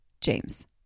James